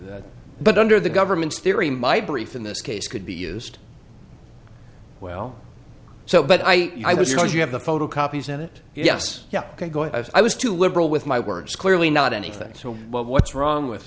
that but under the government's theory my brief in this case could be used well so but i know you have the photocopies of it yes yeah i was too liberal with my words clearly not anything so what's wrong with